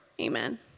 Amen